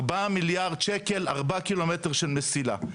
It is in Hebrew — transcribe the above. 4 מיליארד שקל ארבע ק"מ של מסילה,